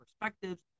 perspectives